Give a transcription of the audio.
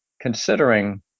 considering